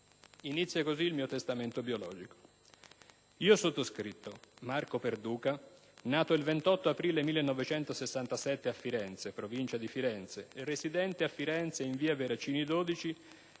Inizia così il mio testamento biologico: «Io sottoscritto, Marco Perduca, nato il 28 aprile 1967 a Firenze, provincia di Firenze, e residente a Firenze in Via Veracini 12,